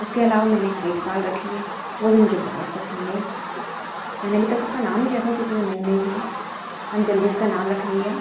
उसके अलावा मैंने केट पाल रखी है वह भी मुझे बहुत पसंद है मैंने अभी तक उसका नाम नहीं रखा क्योंकि वह नई नई है हम जल्दी उसका नाम रखेंगे